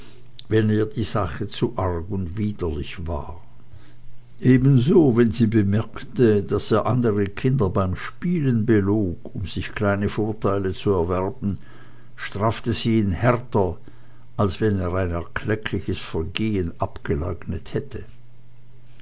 wenn ihr die sache zu arg und widerlich war ebenso wenn sie bemerkte daß er andere kinder beim spielen belog um sich kleine vorteile zu erwerben strafte sie ihn härter als wenn er ein erkleckliches vergehen abgeleugnet hätte